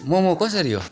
मोमो कसरी हो